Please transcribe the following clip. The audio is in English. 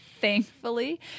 Thankfully